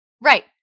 Right